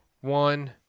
One